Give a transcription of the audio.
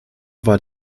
war